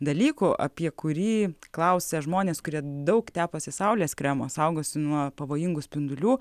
dalykų apie kurį klausia žmonės kurie daug tepasi saulės kremo saugosi nuo pavojingų spindulių